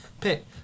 pick